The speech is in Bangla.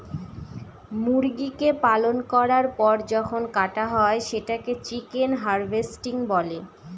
মুরগিকে পালন করার পর যখন কাটা হয় সেটাকে চিকেন হার্ভেস্টিং বলে